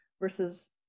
versus